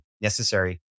necessary